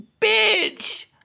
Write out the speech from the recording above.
bitch